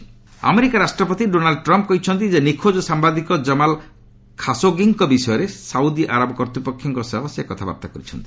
Trump Saudi journalist America ରାଷ୍ଟ୍ରପତି Donald Trump କହିଛନ୍ତି ଯେ ନିଖୋଜ ସାମ୍ଘାଦିକ ଜମାଲ ଖାସୋଗିଙ୍କ ବିଷୟରେ ସାଉଦୀ ଉଚ୍ଚକର୍ତ୍ତୃପକ୍ଷଙ୍କ ସହ ସେ କଥାବାର୍ତ୍ତା କରିଛନ୍ତି